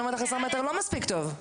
אני אומרת לך שעשר מטר לא מספיק טוב.